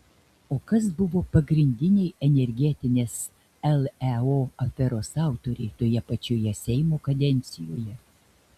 o kas buvo pagrindiniai energetinės leo aferos autoriai toje pačioje seimo kadencijoje